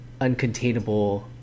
uncontainable